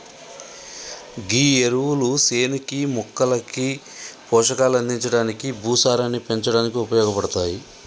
గీ ఎరువులు సేనుకి మొక్కలకి పోషకాలు అందించడానికి, భూసారాన్ని పెంచడానికి ఉపయోగపడతాయి